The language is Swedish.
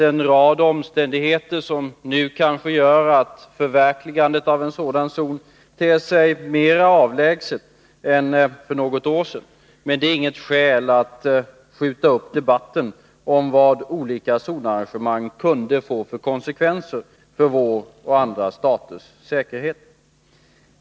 En rad omständigheter gör visserligen att förverkligandet av en sådan zon kanske ter sig mer avlägset än för något år sedan, men det är inget skäl för att skjuta upp debatten om vilka konsekvenser olika zonarrangemang skulle kunna få för vår och andra staters säkerhet.